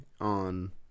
on